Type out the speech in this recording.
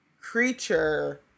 creature